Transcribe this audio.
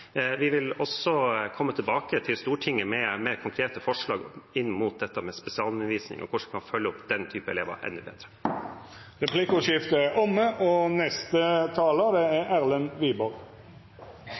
Vi vil komme tilbake til Stortinget med konkrete forslag inn mot spesialundervisning og hvordan vi kan følge opp den typen elever enda bedre. Replikkordskiftet er omme. De fleste av oss opplever å kunne stå opp om morgenen og